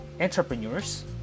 entrepreneurs